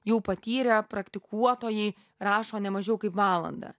jau patyrę praktikuotojai rašo ne mažiau kaip valandą